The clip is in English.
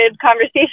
conversation